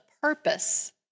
purpose